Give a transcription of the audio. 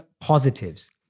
positives